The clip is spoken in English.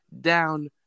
down